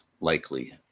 likely